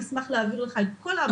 אני אשמח להעביר לך את כל ההמלצות.